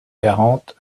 quarante